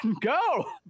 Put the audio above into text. go